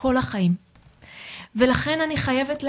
כל החיים ולכן אני חייבת להגיד,